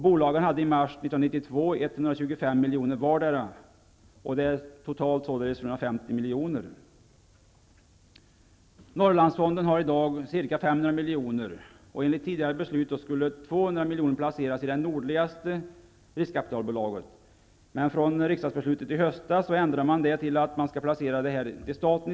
I mars 1992 hade bolagen 125 miljoner vardera, totalt således 150 miljoner. Norrlandsfonden har i dag ca 500 miljoner. Enligt tidigare beslut skulle 200 miljoner placeras i det nordligaste riskkapitalbolaget, men genom riksdagsbeslutet i höstas ändrades detta till att medlen i stället skall betalas in till staten.